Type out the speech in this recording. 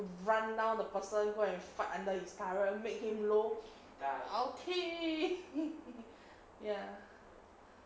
run down the person go and fight under his turret make him low ulti ya